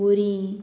बोरी